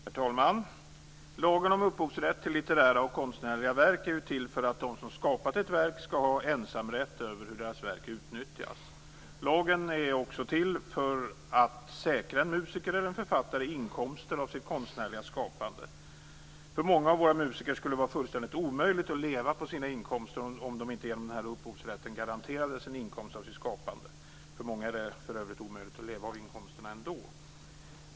Herr talman! Lagen om upphovsrätt till litterära och konstnärliga verk är ju till för att de som har skapat ett verk skall ha ensamrätt över hur deras verk utnyttjas. Lagen är också till för att säkra musikerna och författarna inkomster av sitt konstnärliga skapande. För många av våra musiker skulle det vara fullständigt omöjligt att leva på sina inkomster om de inte genom upphovsrätten garanterades en inkomst - för många är det för övrigt omöjligt att leva av inkomsten ändå.